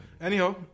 Anyhow